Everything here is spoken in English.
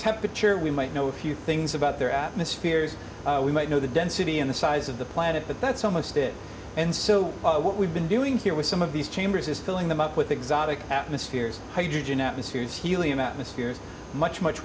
temperature we might know a few things about their atmospheres we might know the density and the size of the planet but that's almost it and so what we've been doing here with some of these chambers is filling them up with exotic atmospheres hydrogen atmospheres helium atmospheres much much